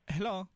Hello